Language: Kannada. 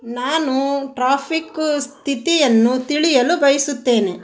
ನಾನು ಟ್ರಾಫಿಕ್ಕ ಸ್ಥಿತಿಯನ್ನು ತಿಳಿಯಲು ಬಯಸುತ್ತೇನೆ